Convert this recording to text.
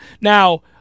Now